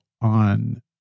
on